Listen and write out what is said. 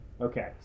Okay